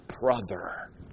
brother